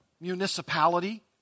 municipality